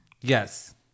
Yes